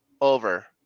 over